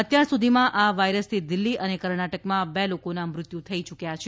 અત્યાર સુધીમાં આ વાયરસથી દિલ્ફી અને કર્ણાટકમાં બે લોકોના મૃત્યુ થઇ ચૂક્યા છે